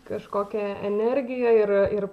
kažkokią energiją ir ir